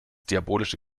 diabolische